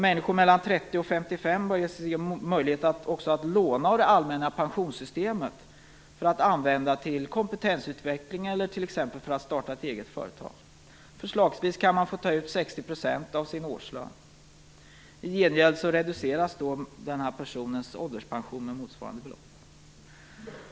Människor mellan 30 och 55 bör också ges möjlighet att låna av det allmänna pensionssystemet för att använda pengarna till kompetensutveckling eller för att kunna starta ett eget företag. Förslagsvis kan man få ta ut 60 % av sin årslön. I gengäld reduceras ålderspensionen med motsvarande belopp.